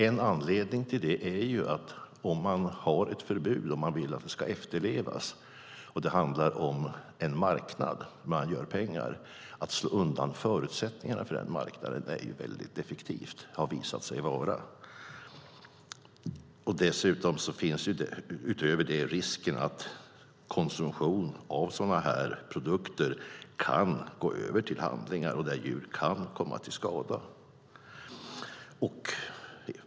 En anledning till det är att om vi har ett förbud som vi vill ska efterlevas och det handlar om en marknad där man gör pengar har det visat sig vara väldigt effektivt att slå undan förutsättningarna för den marknaden. Utöver det finns risken att konsumtion av sådana här produkter kan gå över till handlingar där djur kan komma till skada.